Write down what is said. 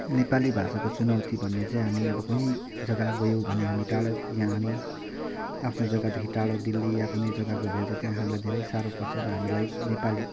नेपाली भाषाको चुनौती भन्ने चाहिँ हामी अब कुनै जग्गा गयौँ भने हामी टाढो या हामी आफ्नो जग्गादेखि टाढो दिल्ली या कुनै जग्गा गयौँ भने चाहिँ त्यहाँ हामीलाई धेरै साह्रो पर्छ र हामीलाई नेपाली